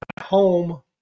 home